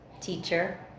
teacher